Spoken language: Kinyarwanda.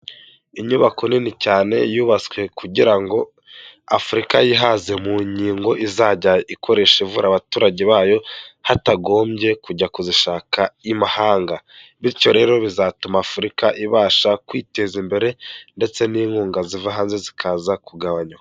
Inyubako nini cyane yubatswe kugira ngo afurika yihaze mu nkingo izajya ikoresha ivura abaturage bayo, hatagombye kujya kuzishaka imahanga. Bityo rero bizatuma afurika ibasha kwiteza imbere ndetse n'inkunga ziva hanze zikaza kugabanyuka.